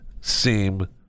seem